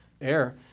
air